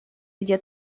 где